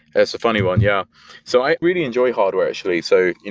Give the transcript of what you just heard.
that's a funny one. yeah so i really enjoy hardware actually. so,